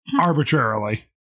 arbitrarily